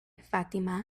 fatima